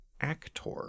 actor